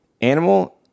Animal